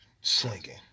Slinking